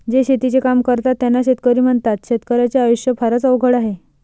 जे शेतीचे काम करतात त्यांना शेतकरी म्हणतात, शेतकर्याच्या आयुष्य फारच अवघड आहे